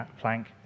plank